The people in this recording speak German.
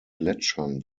gletschern